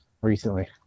recently